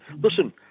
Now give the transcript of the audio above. listen –